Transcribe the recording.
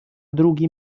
drugi